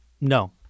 No